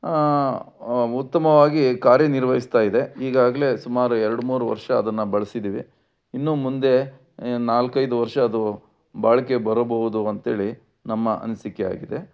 ಉತ್ತಮವಾಗಿ ಕಾರ್ಯನಿರ್ವಹಿಸುತ್ತಾ ಇದೆ ಈಗಾಗಲೇ ಸುಮಾರು ಎರಡು ಮೂರು ವರ್ಷ ಅದನ್ನ ಬಳಸಿದೀವಿ ಇನ್ನೂ ಮುಂದೆ ನಾಲ್ಕೈದು ವರ್ಷ ಅದು ಬಾಳಿಕೆ ಬರಬಹುದು ಅಂತೇಳಿ ನಮ್ಮ ಅನಿಸಿಕೆ ಆಗಿದೆ